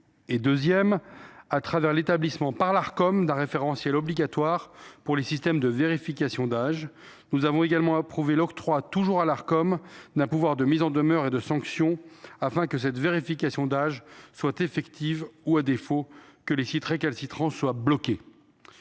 1 et 2, à travers l’établissement, par l’Arcom, d’un référentiel obligatoire pour les systèmes de vérification d’âge. Nous avons également approuvé l’octroi, toujours à l’Arcom, d’un pouvoir de mise en demeure et de sanction afin que cette vérification d’âge soit effective ou, à défaut, que les sites récalcitrants soient bloqués.